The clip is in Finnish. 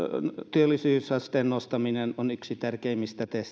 työllisyysasteen nostaminen on yksi tärkeimmistä